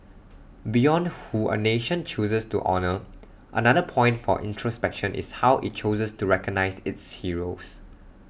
beyond who A nation chooses to honour another point for introspection is how IT chooses to recognise its heroes